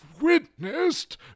witnessed